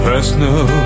Personal